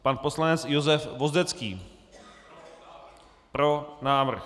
Pan poslanec Josef Vozdecký: Pro návrh.